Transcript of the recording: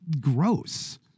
gross